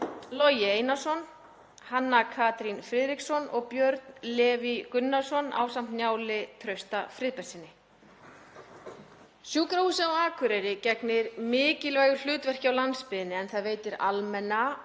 Logi Einarsson, Hanna Katrín Friðriksson og Björn Leví Gunnarsson ásamt Njáli Trausta Friðbertssyni. Sjúkrahúsið á Akureyri gegnir mikilvægu hlutverki á landsbyggðinni en það veitir almenna